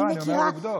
לא, אני אומר עובדות.